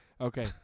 Okay